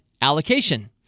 allocation